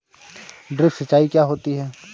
Drip सिंचाई क्या होती हैं?